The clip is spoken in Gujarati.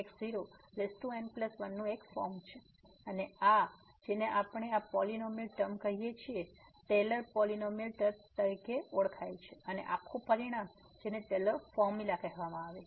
x x0n1 નું એક ફોર્મ છે અને જેને આપણે આ પોલીનોમીયલ ટર્મ કહીએ છીએ Taylor polynomial term Taylor's polynomial term અને આખું પરિણામ જેને ટેલર ફોર્મ્યુલા કહેવામાં આવે છે